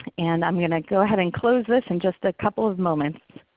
and i'm going to go ahead and close this in just a couple of moments.